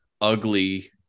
ugly